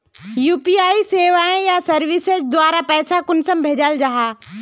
UPI सेवाएँ या services द्वारा पैसा कुंसम भेजाल जाहा?